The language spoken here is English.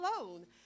alone